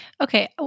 Okay